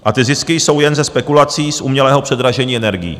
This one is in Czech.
A ty zisky jsou jen ze spekulací z umělého předražení energií.